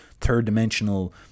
third-dimensional